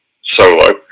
Solo